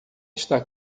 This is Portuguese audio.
está